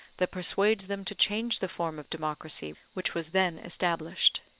that persuades them to change the form of democracy which was then established.